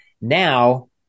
now